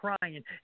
crying